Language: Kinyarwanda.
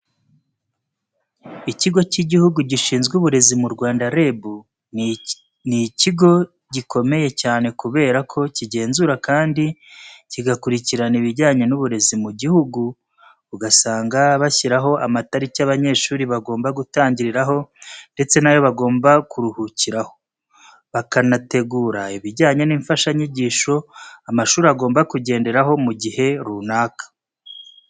Ikigo cy'Igihugu Gishinzwe Uburezi mu Rwanda REB, ni ikigho gikomeye cyane kubera ko kigenzura kandi kigakurikirana ibijyanye n'uburezi mu gihugu, ugasanga bashyiraho amatariki abanyeshuri bagomba gutangiriraho ndetse n'ayo bagomba kuruhukiraho, bakanategura ibijyanye n'imfashanyigisho amashuri agomba kugenderaho mu gihe runaka.